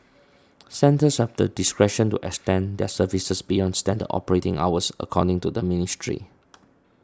centres have the discretion to extend their services beyond standard operating hours according to the ministry